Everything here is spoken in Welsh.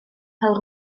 pêl